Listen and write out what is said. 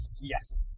Yes